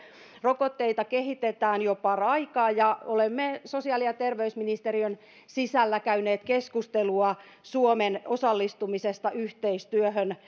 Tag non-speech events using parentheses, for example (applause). rokotteita kehitetään jo paraikaa ja olemme sosiaali ja terveysministeriön sisällä käyneet keskustelua suomen osallistumisesta yhteistyöhön (unintelligible)